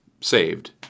saved